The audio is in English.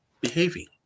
behaving